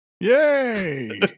Yay